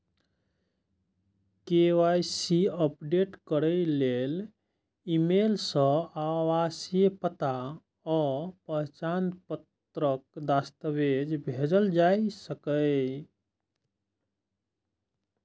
KYC update करै लेल email सं आवासीय पता आ पहचान पत्रक दस्तावेज भेजल जा सकैए